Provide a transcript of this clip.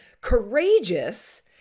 courageous